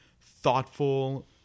thoughtful